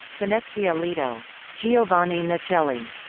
venezia-lido giovanni nicelli,